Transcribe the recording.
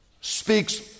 speaks